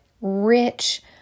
rich